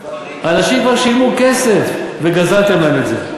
אנשים כבר שילמו כסף וגזלתם להם את זה.